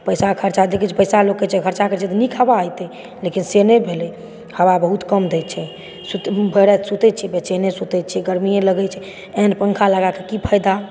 पैसा खर्चा देखए छी पैसा लोककेँ जब खर्चा करै छै तऽ नीक हवा एतै लेकिन से नहि भेलै हवा बहुत कम दए छै भरि राति सुतए छी बेचैने सुतए छी गर्मिए लगै छै एहन पङ्खा लगाके की फायदा